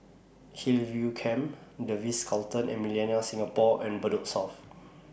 Hillview Camp The Ritz Carlton and Millenia Singapore and Bedok South